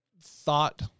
thought